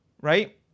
right